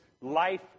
life